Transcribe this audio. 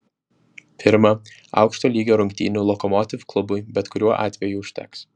pirma aukšto lygio rungtynių lokomotiv klubui bet kuriuo atveju užteks